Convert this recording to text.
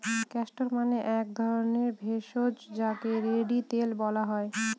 castor মানে এক ধরণের ভেষজ যাকে রেড়ি তেল বলা হয়